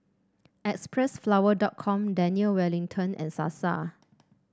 Xpressflower dot com Daniel Wellington and Sasa